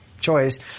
choice